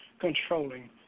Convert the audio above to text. controlling